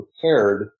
prepared